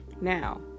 Now